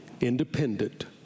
independent